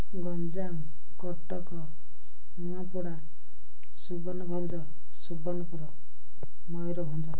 ଗଞ୍ଜାମ କଟକ ନୂଆପଡ଼ା ସୁୁବନଭଞ୍ଜ ସୁବର୍ଣ୍ଣପୁର ମୟୂରଭଞ୍ଜ